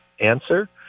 answer